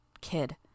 Kid